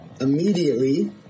immediately